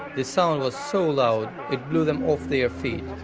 the song was so loud, it blew them off their feet.